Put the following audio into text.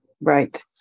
right